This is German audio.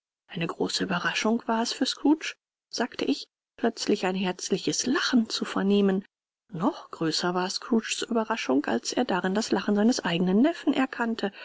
eine große ueberraschung war es für scrooge sagte ich plötzlich ein herzliches lachen zu vernehmen noch größer war scrooges ueberraschung als er darin das lachen seines eigenen neffen erkannte